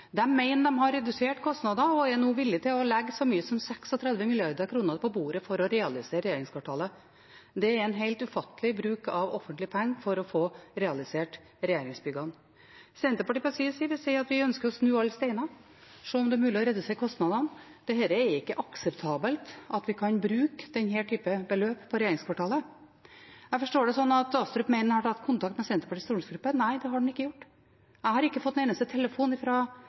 har redusert kostnadene og er nå villig til å legge så mye som 36 mrd. kr på bordet for å realisere regjeringskvartalet. Det er en helt ufattelig bruk av offentlige penger for å få realisert regjeringsbyggene. Senterpartiet på sin side sier at vi ønsker å snu alle steiner, se om det er mulig å redusere kostnadene. Det er ikke akseptabelt at vi kan bruke denne typen beløp på regjeringskvartalet. Jeg forstår det slik at Astrup mener han har tatt kontakt med Senterpartiets stortingsgruppe. Nei, det har han ikke gjort. Jeg har ikke fått en eneste telefon